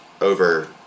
over